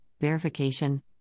verification